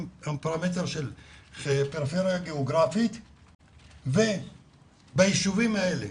הפרמטר של פריפריה גיאוגרפית וביישובים האלה